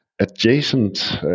adjacent